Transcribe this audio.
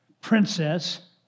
princess